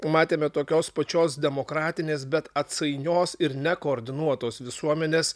matėme tokios pačios demokratinės bet atsainios ir nekoordinuotos visuomenės